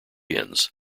ins